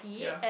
ya